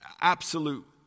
absolute